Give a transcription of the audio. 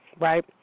Right